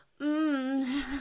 mmm